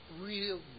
real